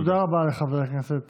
תודה רבה לחבר הכנסת